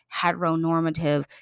heteronormative